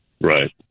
Right